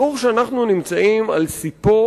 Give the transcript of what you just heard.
ברור שאנחנו נמצאים על ספו